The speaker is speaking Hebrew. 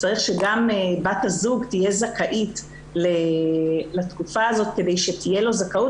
צריך שגם בת הזוג תהיה זכאית לתקופה הזאת כדי שתהיה לו זכאות,